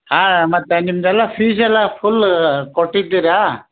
ಹಾಂ ಮತ್ತೆ ನಿಮ್ಮದೆಲ್ಲ ಫೀಸ್ ಎಲ್ಲ ಫುಲ್ ಕೊಟ್ಟಿದ್ದೀರಾ